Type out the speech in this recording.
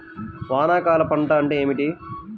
వానాకాలం పంట అంటే ఏమిటి?